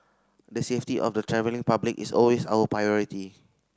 the safety of the travelling public is always our priority